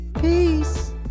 Peace